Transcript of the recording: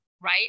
right